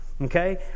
okay